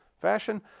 fashion